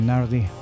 Nardi